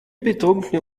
betrunkene